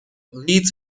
leeds